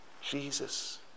Jesus